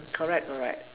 correct correct